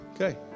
Okay